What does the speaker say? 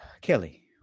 Kelly